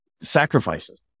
sacrifices